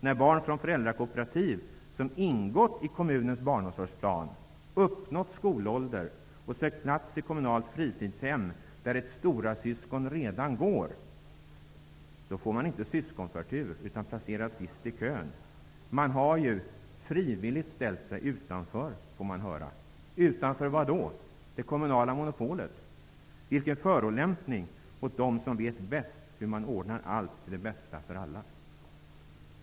När barn från föräldrakooperativ, som ingått i kommunens barnomsorgsplan, uppnått skolålder och sökt plats i kommunalt fritidshem där ett storasyskon redan går, då får man inte syskonförtur, utan placeras sist i kön. Man har ju frivilligt ställt sig utanför, får man höra. Utanför vad då? Det kommunala monopolet? Vilken förolämpning mot dem som vet bäst hur man ordnar allt till det bästa för alla!